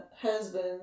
husband